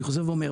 אני חוזר ואומר,